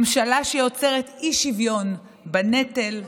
ממשלה שיוצרת אי-שוויון בנטל,